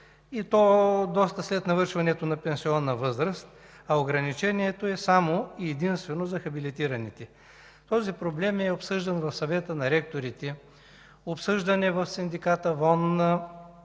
и то доста след навършване на пенсионна възраст, а ограничението е единствено и само за хабилитираните. Този проблем е обсъждан в Съвета на ректорите, обсъждан е в синдиката и